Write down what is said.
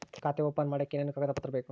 ಖಾತೆ ಓಪನ್ ಮಾಡಕ್ಕೆ ಏನೇನು ಕಾಗದ ಪತ್ರ ಬೇಕು?